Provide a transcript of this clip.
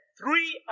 three